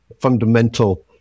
fundamental